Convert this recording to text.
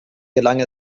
gelang